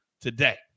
today